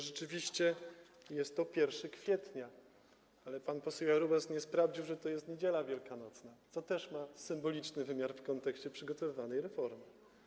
Rzeczywiście jest to 1 kwietnia, ale pan poseł Jarubas nie sprawdził, że to jest Niedziela Wielkanocna, co też ma symboliczny wymiar w kontekście przygotowywanej reformy.